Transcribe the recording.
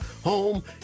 home